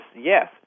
yes